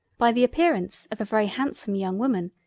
by the appearance of a very handsome young woman,